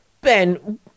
Ben